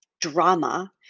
drama